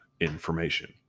information